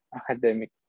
academic